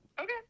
Okay